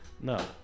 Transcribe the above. no